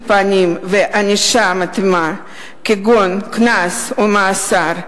פנים וענישה מתאימה כגון קנס או מאסר,